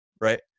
Right